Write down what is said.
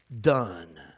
done